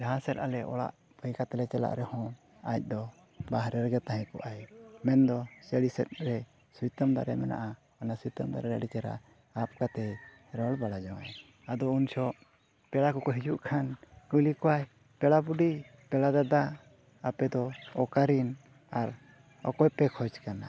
ᱡᱟᱦᱟᱸ ᱥᱮᱫ ᱟᱞᱮ ᱚᱲᱟᱜ ᱵᱟᱹᱜᱤ ᱠᱟᱛᱮᱫ ᱞᱮ ᱪᱟᱞᱟᱜ ᱨᱮᱦᱚᱸ ᱟᱡᱫᱚ ᱵᱟᱦᱨᱮ ᱨᱮᱜᱮ ᱛᱟᱦᱮᱸ ᱠᱚᱜ ᱟᱭ ᱢᱮᱱᱫᱚ ᱥᱟᱹᱨᱤ ᱥᱮᱫ ᱨᱮ ᱥᱩᱭᱛᱟᱹᱢ ᱫᱟᱨᱮ ᱢᱮᱱᱟᱜᱼᱟ ᱚᱱᱟ ᱥᱩᱭᱛᱟᱹᱢ ᱫᱟᱨᱮ ᱟᱹᱰᱤ ᱪᱮᱦᱨᱟ ᱟᱵ ᱠᱟᱛᱮᱫ ᱨᱚᱲ ᱵᱟᱲᱟ ᱡᱚᱝᱟᱭ ᱟᱫᱚ ᱩᱱ ᱡᱚᱦᱚᱜ ᱯᱮᱲᱟ ᱠᱚᱠᱚ ᱦᱤᱡᱩᱜ ᱠᱷᱟᱱ ᱠᱩᱞᱤ ᱠᱚᱣᱟᱭ ᱯᱮᱲᱟ ᱵᱩᱰᱤ ᱯᱮᱲᱟ ᱫᱟᱫᱟ ᱟᱯᱮᱫᱚ ᱚᱠᱟᱨᱮᱱ ᱟᱨ ᱚᱠᱚᱭ ᱯᱮ ᱠᱷᱚᱡᱽ ᱠᱟᱱᱟ